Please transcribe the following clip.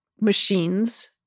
machines